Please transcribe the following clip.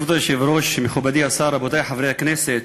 כבוד היושב-ראש, מכובדי השר, רבותי חברי הכנסת,